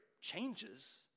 changes